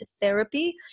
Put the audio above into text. therapy